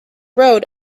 road